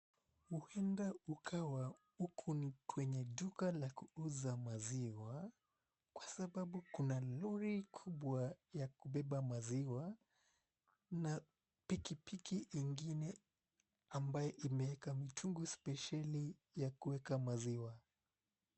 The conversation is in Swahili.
Huenda kukawa huku ni kwenye duka la kuuza maziwa. Kwa sababu kuna lori kubwa ya kubeba maziwa na pikipiki ingine ambayo imeeka mitungi spesheli ya kuweka maziwa.